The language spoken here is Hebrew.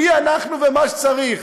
מי אנחנו ומה שצריך,